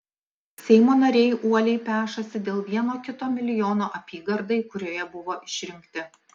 seimo nariai uoliai pešasi dėl vieno kito milijono apygardai kurioje buvo išrinkti